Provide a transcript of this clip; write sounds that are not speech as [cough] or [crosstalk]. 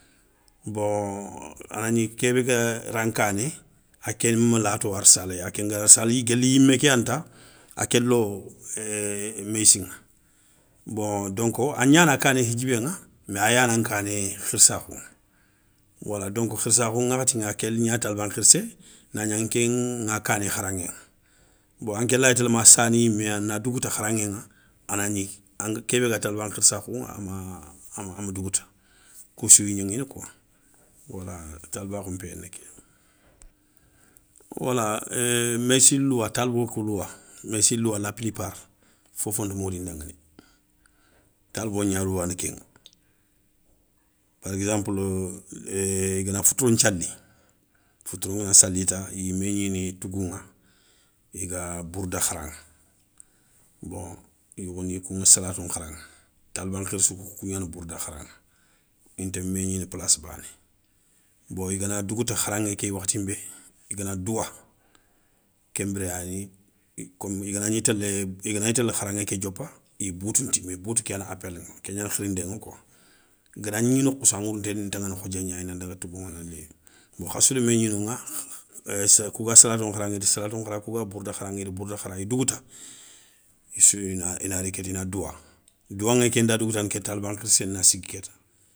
Bon anagni kébé ga ran kané a kéma lato arssala sali guéli yimé ké yani ta a ké lo, ééé méyssi ŋa, bon donk a gna na kané hidjibé ŋa mais a yana nkané khirssakhou ŋa wala donk khirssakhou ŋakhatiŋa ké gna taliban khirssé, na gna nké ŋa kané kharaŋé. Bon anké laya télé ma sani yimé a na dougouta kharaŋé ŋa anagni anga kébé ga taliba nkhirsakhou ŋa ama, ama dougouta, koussouya gnaŋina kouwa, wala talibakhou npéyé na kéya. Wala é meyssi louwa talibo kou louwa, méyssi louwa la plupart fofonta modi ndanga néyi, talibo gna louwana kéŋa. par exemplou ééé i gana foutouro nthiali foutour ngana sali ta iya mé gniini tougouŋa i ga, bourda kharaŋa. Bon yogoni kouŋa salatou nkharaŋa taliba nkhirssou kou i yana bourda kharaŋa. Inta mé gnini palass bané, bon i gana dougouta kharaŋé ké wakhatin bé, i gana douwa ken biré yani komi i gana gni télé i ga na gni télé kharaŋé ké diopa i boutou ntimi, boutou ké yani appeliŋa ké gnani khirindé ŋa kouwa. Ganagni nokhoussou a ŋourounté ntaŋana khodié gna, nan daga tougou. Bon khassou da mé gni noŋa [hesitation] kou ga salatou nkharaŋa i da salatou nkhara kou ga bourda kharaŋa i da bourda khara i dougouta, issou ina ina ri kéta ina douwa douwaŋé kenda dougoutani kéta, taliban nkhirssé na sigui kéta.